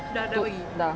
dah